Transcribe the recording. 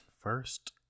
First